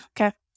Okay